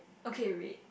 okay red